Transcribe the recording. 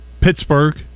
Pittsburgh